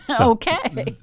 Okay